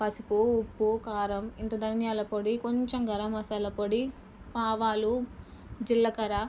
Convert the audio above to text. పసుపు ఉప్పు కారం ఇంత ధనియాల పొడి కొంచెం గరం మసాలా పొడి ఆవాలు జీలకర్ర